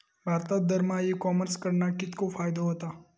भारतात दरमहा e commerce कडणा कितको फायदो होता?